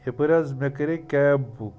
یَپٲرۍ حظ مےٚ کَرے کیب بُک